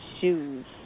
shoes